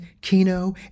Kino